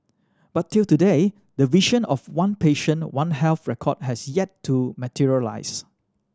but till today the vision of one patient One Health record has yet to materialise